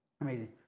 Amazing